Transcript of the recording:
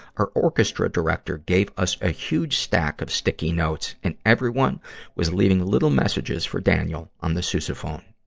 our orchestra director gave us a huge stack of sticky notes, and everyone was leaving little messages for daniel on the sousaphone.